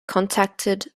contacted